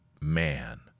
man